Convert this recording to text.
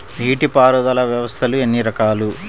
నీటిపారుదల వ్యవస్థలు ఎన్ని రకాలు?